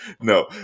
no